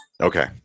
Okay